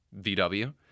VW